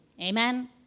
Amen